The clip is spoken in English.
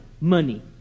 money